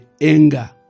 anger